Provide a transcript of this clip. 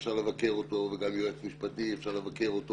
אפשר לבקר אותו וגם יועץ משפטי אפשר לבקר.